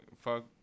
fuck